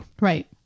Right